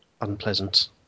unpleasant